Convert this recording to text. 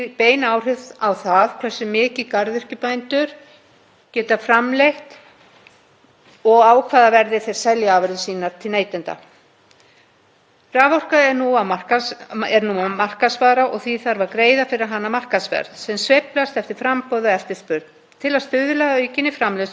Raforka er nú markaðsvara og því þarf að greiða fyrir hana markaðsverð sem sveiflast eftir framboði og eftirspurn. Til að stuðla að aukinni framleiðslu garðyrkjuafurða hefur íslenska ríkið í gegnum tíðina niðurgreitt að ákveðnu marki kostnað garðyrkjubænda við flutning og dreifingu á raforku.